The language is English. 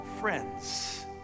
friends